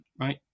Right